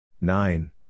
Nine